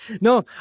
No